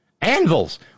anvils